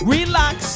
Relax